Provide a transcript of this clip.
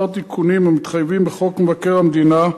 תיקונים מתחייבים בחוק מבקר המדינה.